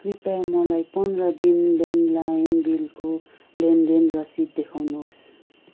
कृपया मलाई पन्ध्र दिन ल्यान्डलाइन बिलको लेनदेन रसिद देखाउनुहोस्